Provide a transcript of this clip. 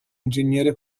ingegnere